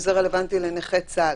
שזה רלוונטי לנכי צה"ל.